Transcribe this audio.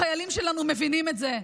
החיילים שלנו מבינים את זה,